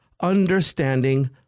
understanding